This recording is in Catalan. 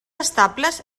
estables